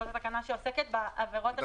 זאת התקנה שעוסקת בעבירות המנהליות.